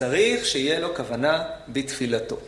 צריך שיהיה לו כוונה בתפילתו.